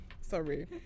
sorry